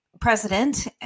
president